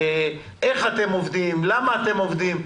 איך אתם עובדים, למה אתם עובדים.